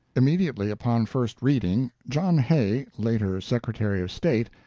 immediately upon first reading, john hay, later secretary of state,